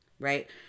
right